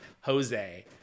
Jose